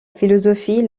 philosophie